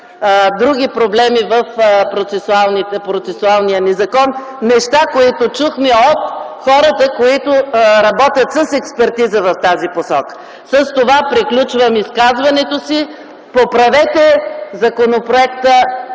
други проблеми в процесуалния ни закон. Неща, които чухме от хората, които работят с експертиза в тази посока. С това приключвам изказването си. Поправете законопроекта